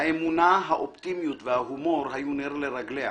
האמונה, האופטימיות וההומור היו נר לרגליה